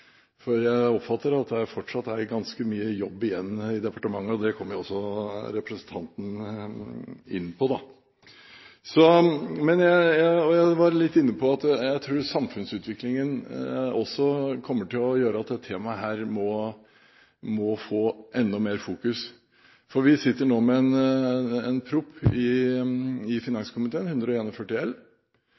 Jeg oppfatter at det fortsatt er ganske mye jobb igjen, og det kom også representanten inn på. Jeg var inne på at jeg tror samfunnsutviklingen også kommer til å gjøre at dette temaet må få enda mer fokus. Vi sitter nå med en proposisjon i finanskomiteen – 141 L.